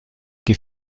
que